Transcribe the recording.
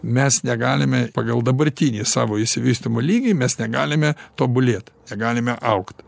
mes negalime pagal dabartinį savo išsivystymo lygį mes negalime tobulėt negalime augt